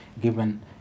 given